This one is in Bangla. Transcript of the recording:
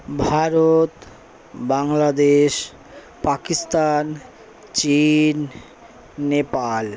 ভারত বাংলাদেশ পাকিস্তান চীন নেপাল